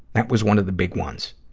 that was one of the big ones.